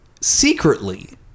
secretly